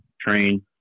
train